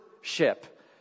ship